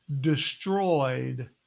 destroyed